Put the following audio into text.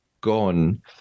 gone